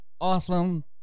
awesome